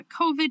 COVID